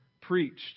preached